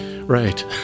Right